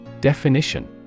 Definition